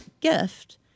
gift